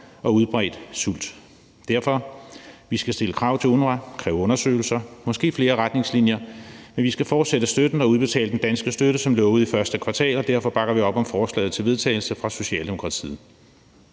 og udbredt sult. Derfor skal vi stille krav til UNRWA og kræve undersøgelser og måske også flere retningslinjer, men vi skal fortsætte støtten og udbetale den danske støtte som lovet i første kvartal, og derfor bakker vi op om forslaget til vedtagelse fra Socialdemokratiet.